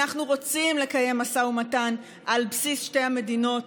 אנחנו רוצים לקיים משא ומתן על בסיס שתי המדינות,